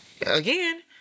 again